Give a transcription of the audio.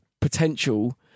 potential